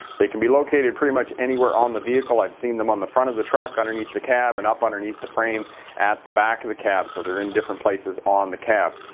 they can be located pretty much anywhere on the vehicle. i've seen them on the front of the truck, underneath the cab, and up underneath the frame at the back of the cab. so they're in different places on the unit.